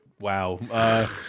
wow